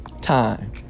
time